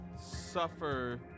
suffer